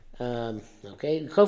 Okay